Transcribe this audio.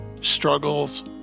struggles